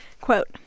quote